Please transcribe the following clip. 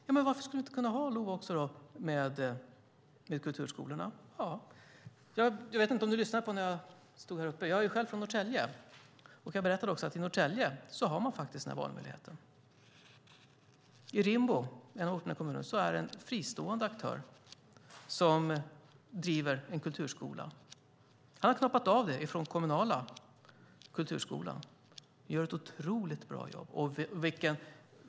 Ja, varför skulle vi inte kunna ha LOV också när det gäller kulturskolorna. Jag vet inte om Isak From lyssnade när jag stod i talarstolen. Jag är själv från Norrtälje, och jag berättade att i Norrtälje har man denna valmöjlighet. I Rimbo, en av orterna i kommunen, är det en fristående aktör som driver en kulturskola. Han har knoppat av den från den kommunala kulturskolan och gör ett otroligt bra jobb.